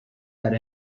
had